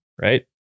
right